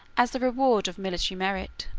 as the reward of military merit.